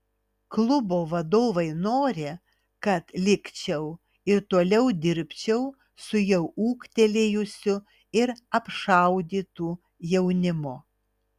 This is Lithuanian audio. klubo vadovai nori kad likčiau ir toliau dirbčiau su jau ūgtelėjusiu ir apšaudytu jaunimu